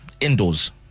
Indoors